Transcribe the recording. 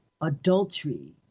adultery